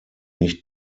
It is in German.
nicht